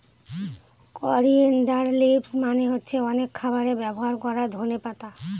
coriander leaves মানে হচ্ছে অনেক খাবারে ব্যবহার করা ধনে পাতা